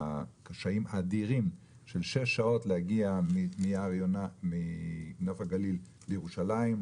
הקשיים האדירים של שש שעות להגיע מנוף הגליל לירושלים,